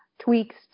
tweaks